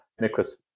Nicholas